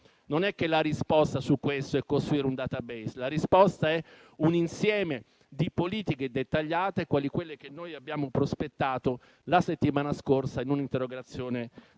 c'era già. La risposta su questo non è costruire un *database*: la risposta è un insieme di politiche dettagliate quali quelle che noi abbiamo prospettato la settimana scorsa in una interrogazione